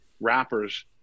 wrappers